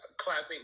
Clapping